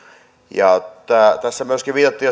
ja tässä myöskin viitattiin